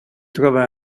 trova